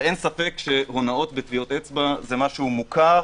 אין ספק שהונאות וטביעות אצבע זה משהו מוכר,